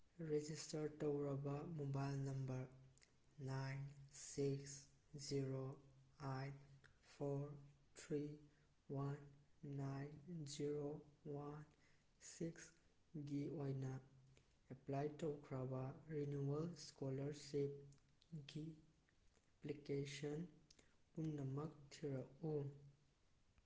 ꯔꯦꯖꯤꯁꯇꯔꯠ ꯇꯧꯔꯕ mobile number nine six zero eight four three one nine zero one ꯁꯤꯛꯁꯒꯤ ꯑꯣꯏꯅ apply ꯇꯧꯈ꯭ꯔꯕ renewal ꯏꯁꯀꯣꯂꯥꯔꯁꯤꯞꯀꯤ ꯑꯦꯄ꯭ꯂꯤꯀꯦꯁꯟ ꯄꯨꯝꯅꯃꯛ ꯊꯤꯔꯛꯎ